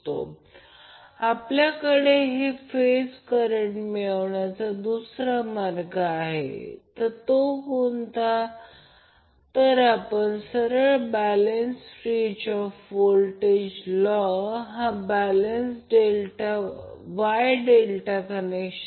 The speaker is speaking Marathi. तर आता हा फेज करंट मिळवण्याचा दुसरा मार्ग म्हणजे KVL लागू करणे उदाहरणार्थ KVL लूपला लागू करणे